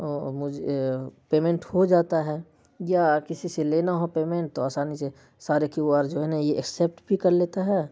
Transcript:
payment ہو جاتا ہے یا کسی سے لینا ہو پیمنٹ تو آسانی سے سارے کیو آر جو ہے نا یہ ایکسپٹ بھی کر لیتا ہے